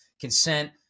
consent